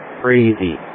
crazy